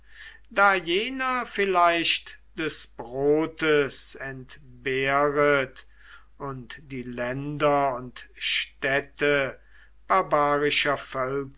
da jener vielleicht des brotes entbehret und die länder und städte barbarischer